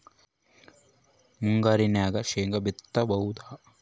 ಮುಂಗಾರಿನಾಗ ಶೇಂಗಾ ಬಿತ್ತಬಹುದಾ?